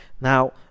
Now